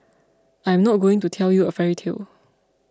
I am not going to tell you a fairy tale